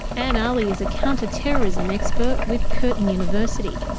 anne aly is a counter-terrorism expert with curtin university.